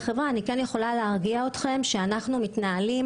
יכולה להרגיע אתכם שאנחנו מתנהלים